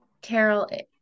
Carol